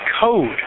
code